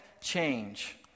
change